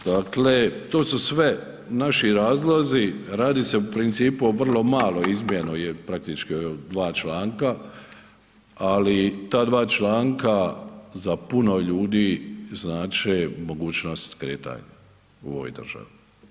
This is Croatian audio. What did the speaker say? Dakle, to su sve naši razlozi radi se u principu o vrlo maloj izmjeni praktički od 2 članka, ali ta 2 članka za puno ljudi znače mogućnost kretanja u ovoj državi.